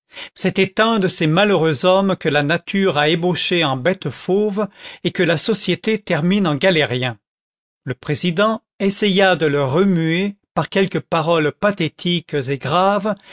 c'était un de ces malheureux hommes que la nature a ébauchés en bêtes fauves et que la société termine en galériens le président essaya de le remuer par quelques paroles pathétiques et graves